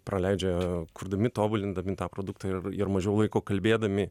praleidžia kurdami tobulindami tą produktą ir ir mažiau laiko kalbėdami